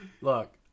Look